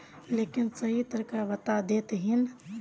लेकिन सही तरीका बता देतहिन?